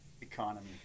economy